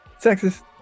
Texas